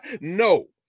No